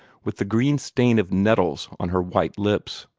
with the green stain of nettles on her white lips.